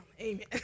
amen